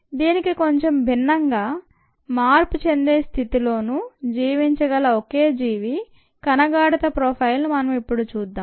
దీనికి కొంచెం భిన్నంగా మార్పు చెందే స్థితిలోనూ జీవించగల ఒకే జీవి కణ గాఢత ప్రోఫైల్ను మనం ఇప్పడు చూద్దాం